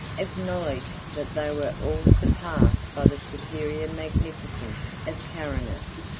acknowledged that they were all surpassed by the superior magnificence of carinus.